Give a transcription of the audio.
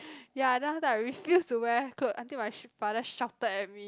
ya then after that I refused to wear clothes until my father shouted at me